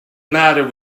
matter